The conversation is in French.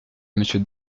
monsieur